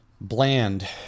bland